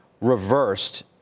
reversed